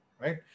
Right